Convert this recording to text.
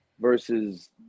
versus